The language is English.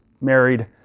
married